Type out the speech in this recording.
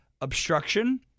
obstruction